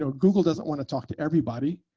ah google doesn't want to talk to everybody.